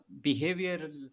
behavioral